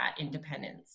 independence